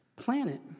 planet